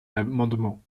l’amendement